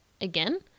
again